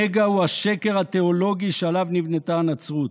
הנגע הוא השקר התיאולוגי שעליו נבנתה הנצרות.